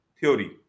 theory